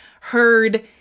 heard